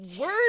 word